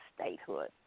statehood